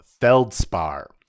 feldspar